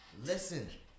Listen